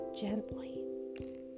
gently